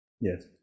Yes